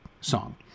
song